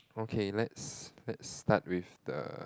okay let's let's start with the